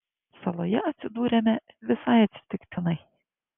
saloje atsidūrėme visai atsitiktinai